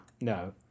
no